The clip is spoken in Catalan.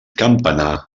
campanar